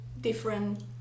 different